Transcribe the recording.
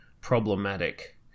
problematic